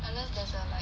unless there's a like